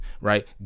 right